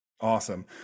awesome